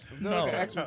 no